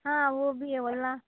हा वो भी है बोलना